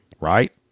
right